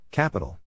Capital